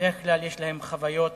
בדרך כלל יש להם חוויות